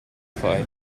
fai